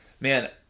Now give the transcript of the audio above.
man